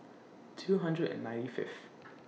two hundred and ninety Fifth